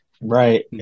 right